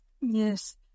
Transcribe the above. Yes